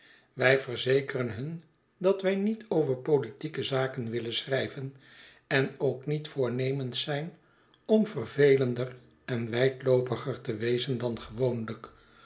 wij verzekeren hun dat wy niet over politieke zaken willen schrij ven en ook niet voornemens zijn om vervelender en wijdloopiger te wezen dan gewoonlyk